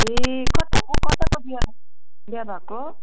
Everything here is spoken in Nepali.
ए कता पो कता पो बिहा बिहा भएको